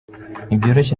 ntibyoroshye